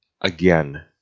Again